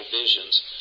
visions